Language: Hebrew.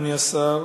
אדוני השר,